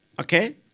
Okay